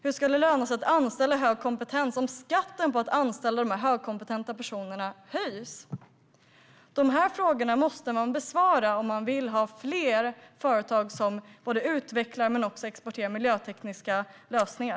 Hur ska det löna sig att anställa hög kompetens om skatten på att anställa de högkompetenta personerna höjs? De frågorna måste man besvara om man vill ha fler företag som utvecklar men också exporterar miljötekniska lösningar.